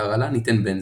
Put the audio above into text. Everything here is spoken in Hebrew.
בהרעלה ניתן בנזו'.